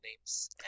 names